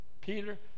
Peter